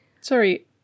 Sorry